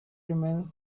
remains